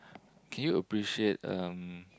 can you appreciate um